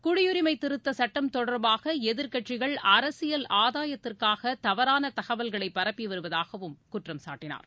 குடியுரிமை திருத்த சுட்டம் தொடர்பாக எதிர்க்கட்சிகள் அரசியல் ஆதாயத்திற்காக தவறான தகவல்களை பரப்பி வருவதாகவும் குற்றம் சாட்டினார்